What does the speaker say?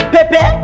Pepe